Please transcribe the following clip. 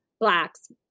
Blacks